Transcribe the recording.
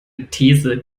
these